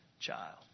child